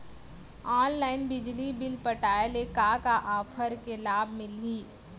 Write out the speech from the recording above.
Online बिजली bill पटाय ले का का ऑफ़र के लाभ मिलही?